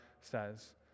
says